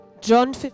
John